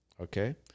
okay